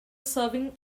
serving